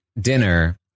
dinner